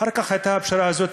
אחר כך הייתה הפשרה הזאת,